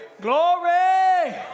Glory